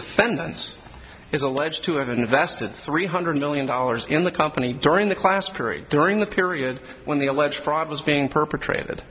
defendants is alleged to have invested three hundred million dollars in the company during the class period during the period when the alleged fraud was being perpetrated